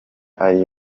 ari